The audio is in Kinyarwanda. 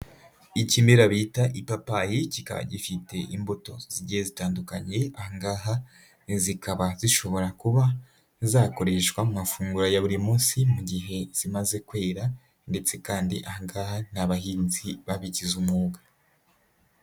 Ikimera bita ipapayi, kikaba gifite imbuto zigiye zitandukanye, ahangaha zikaba zishobora kuba zakoreshwa mu mafunguro ya buri munsi mu gihe kimaze kwera ndetse kandi aha ngaha ni abahinzi babigize umwuga.